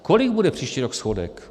Kolik bude příští rok schodek?